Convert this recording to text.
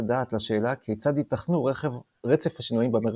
הדעת לשאלה כיצד ייתכנו רצף השינויים במרחב.